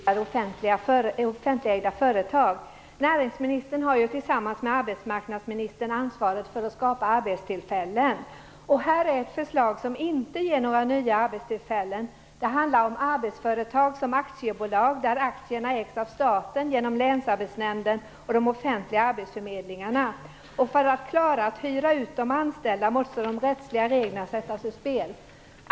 Herr talman! Jag har en fråga till näringsministern med anledning av förslaget om nybildade offentligägda företag. Näringsministern har tillsammans med arbetsmarknadsministern ansvaret för att skapa arbetstillfällen. Ett förslag som inte handlar om nya arbetstillfällen är förslaget om arbetsföretag som aktiebolag, där aktierna ägs av staten genom länsarbetsnämnden och de offentliga arbetsförmedlingarna. För att klara av att hyra ut de anställda måste de rättsliga reglerna sättas ur spel.